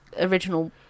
original